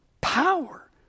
power